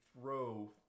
throw